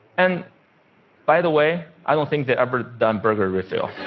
and by the way, i don't think they've ever done burger refill.